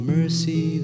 Mercy